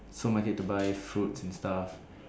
supermarket to buy fruits and stuff